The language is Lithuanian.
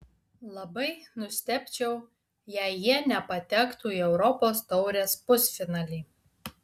labai nustebčiau jei jie nepatektų į europos taurės pusfinalį